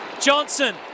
Johnson